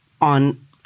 on